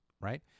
right